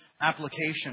application